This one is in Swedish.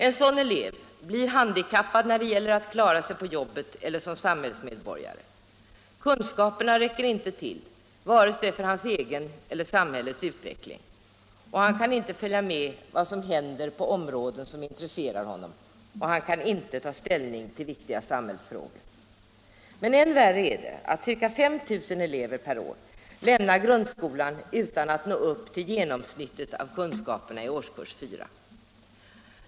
En sådan elev blir handikappad när det gäller att klara sig på jobbet eller som samhällsmedborgare. Kunskaperna räcker inte till, vare sig för hans egen eller för samhällets utveckling. Han kan inte följa med vad som händer på områden som intresserar honom, och han kan inte ta ställning till viktiga samhällsfrågor. Men än värre är att ca 5 000 elever varje år lämnar grundskolan utan att nå upp till genomsnittet av kunskaperna i årskurs 4.